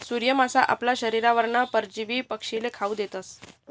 सूर्य मासा आपला शरीरवरना परजीवी पक्षीस्ले खावू देतस